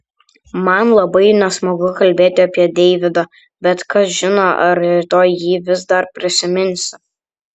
man labai nesmagu kalbėti apie deividą bet kas žino ar rytoj jį vis dar prisiminsiu